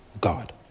God